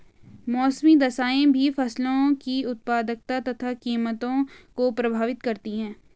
मौसमी दशाएं भी फसलों की उत्पादकता तथा कीमतों को प्रभावित करती है